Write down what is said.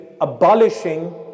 abolishing